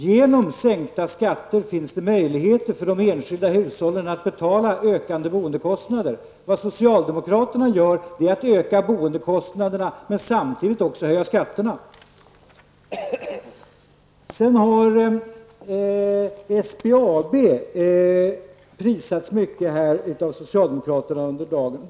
Genom en sänkning av skatterna blir det möjligt för de enskilda hushållen att betala ökande boendekostnader. Socialdemokraterna ökar boendekostnaderna samtidigt som de höjer skatterna. Under dagen har socialdemokraterna prisat SBAB mycket.